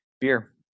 beer